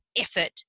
effort